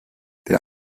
der